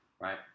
right